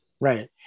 right